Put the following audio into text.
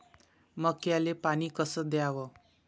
मक्याले पानी कस द्याव?